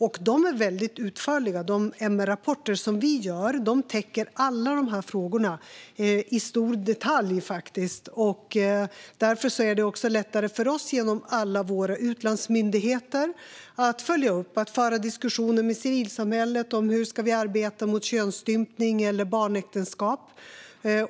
Detta är väldigt utförligt; de MR-rapporter vi gör täcker alla dessa frågor - i stor detalj, faktiskt. Därför är det lättare för oss att genom alla våra utlandsmyndigheter följa upp. Vi kan föra diskussioner med civilsamhället om hur vi ska arbeta mot könsstympning eller barnäktenskap.